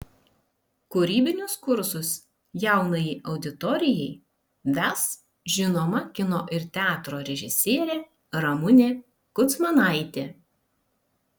kūrybinius kursus jaunajai auditorijai ves žinoma kino ir teatro režisierė ramunė kudzmanaitė